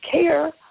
care